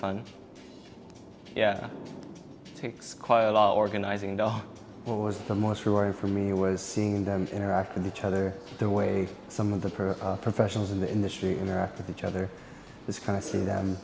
fun yeah takes quite a lot of organizing and what was the most rewarding for me was seeing them interact with each other the way some of the perth professionals in the industry interact with each other it's kind of see them